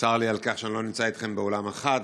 צר לי על כך שאני לא נמצא איתכם באולם אחד.